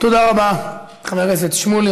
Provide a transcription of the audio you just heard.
תודה רבה, חבר הכנסת שמולי.